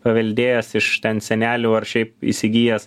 paveldėjęs iš ten senelių ar šiaip įsigijęs